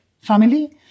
family